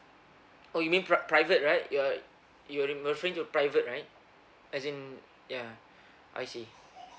oh you mean pri~ private right you're you're referring to private right as in yeah I see